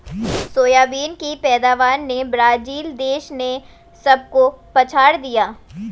soybean की पैदावार में ब्राजील देश ने सबको पछाड़ दिया